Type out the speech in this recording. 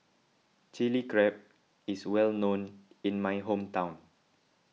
Chili Crab is well known in my hometown